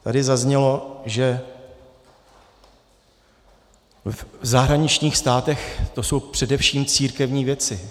Tady zaznělo, že v zahraničních státech to jsou především církevní věci.